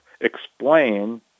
explain